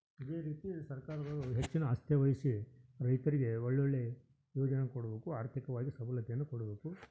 ಇದೇ ರೀತಿ ಸರ್ಕಾರದವ್ರು ಹೆಚ್ಚಿನ ಆಸ್ಥೆ ವಹ್ಸಿ ರೈತರಿಗೆ ಒಳ್ಳೊಳ್ಳೆಯ ಯೋಜನೆಯನ್ನು ಕೊಡ್ಬೇಕು ಆರ್ಥಿಕವಾಗಿ ಸಬಲತೆಯನ್ನು ಕೊಡ್ಬೇಕು